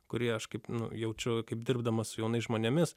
kurį aš kaip nujaučiu kaip dirbdamas su jaunais žmonėmis